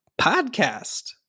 podcast